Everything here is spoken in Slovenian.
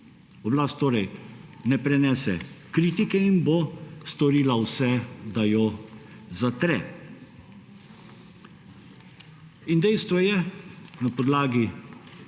Oblast ne prenese kritike in bo storila vse, da jo zatre. Dejstvo na podlagi